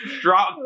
Drop